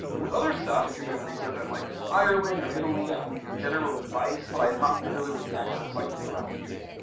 with other stuff if you're doing research on like ireland or italy i can give you general advice but i'm not familiar with the actual sites that you'll have to use